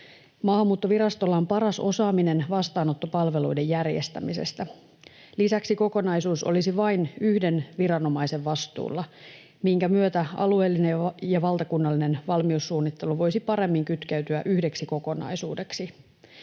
Maahanmuuttovirastolla on paras osaaminen vastaanottopalveluiden järjestämisestä. Lisäksi kokonaisuus olisi vain yhden viranomaisen vastuulla, minkä myötä alueellinen ja valtakunnallinen valmiussuunnittelu voisi paremmin kytkeytyä yhdeksi kokonaisuudeksi.